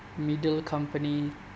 middle company